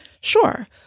sure